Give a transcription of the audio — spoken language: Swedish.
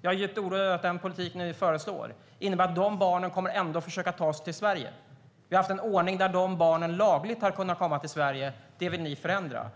Jag är djupt oroad över att den politik ni föreslår innebär att de barnen ändå kommer att försöka ta sig till Sverige. Vi har haft en ordning där de barnen lagligt har kunnat komma till Sverige. Det vill ni förändra.